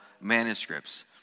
manuscripts